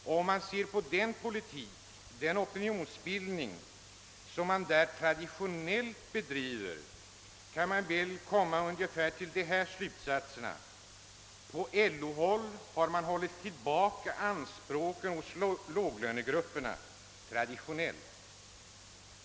Och om man ser på den politik, den opinionsbildning, som man där traditionellt bedriver, kan man väl komma ungefär till de här slutsatserna: På LO-håll har man hållit tillbaka anspråken hos låglönegrupperna, traditionellt.